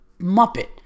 Muppet